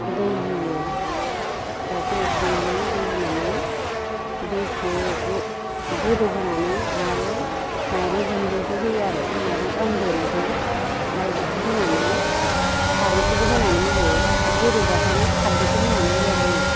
दै होयो दावखौ एवखांनानै दै होनानै दैखौ गोदौहोनानै आरो माइरं गुन्दैखौ होयो आरो माइरं अन देनायखौ ओमफ्राय बेखौ होनानै खारैखौबो होनानै होयो गोदौबाथायनो खारदैखौ होनानै होयो आरो जोङो